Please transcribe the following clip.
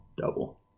Double